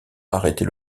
arrêter